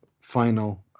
final